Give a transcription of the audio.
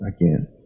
again